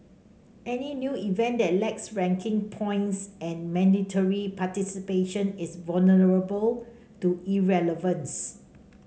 any new event that lacks ranking points and mandatory participation is vulnerable to irrelevance